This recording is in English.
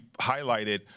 highlighted